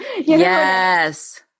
yes